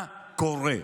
מה קורה?